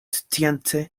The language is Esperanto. science